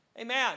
Amen